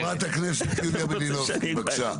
חברת הכנסת יוליה מלינובסקי, בבקשה.